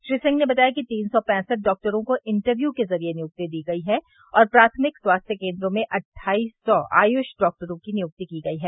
श्री सिंह ने बताया कि तीन सौ पैसठ डॉक्टरों को इंटरव्यू के जरिये नियुक्ति दी गई है और प्राथमिक स्वास्थ्य केन्द्रों में अठटाइस सौ आयुष डॉक्टरों की नियुक्ति की गई है